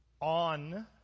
On